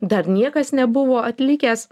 dar niekas nebuvo atlikęs